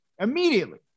immediately